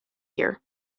year